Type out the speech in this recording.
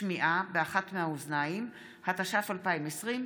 התש"ף 2020,